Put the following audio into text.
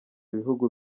bihugu